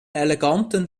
eleganten